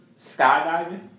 skydiving